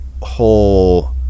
whole